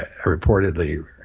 reportedly